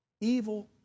evil